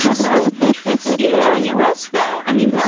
so you know, u s, though i mean, yeah